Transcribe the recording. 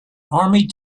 army